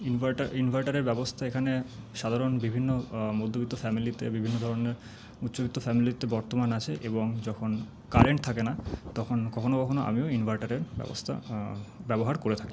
ইনভার্টারের ব্যবস্থা এখানে সাধারণ বিভিন্ন মধ্যবিত্ত ফ্যামিলিতে বিভিন্ন ধরণের উচ্চবিত্ত ফ্যামিলিতে বর্তমান আছে এবং যখন কারেন্ট থাকে না তখন কখনো কখনো আমিও ইনভার্টারে ব্যবস্থা ব্যবহার করে থাকি